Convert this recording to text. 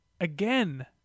Again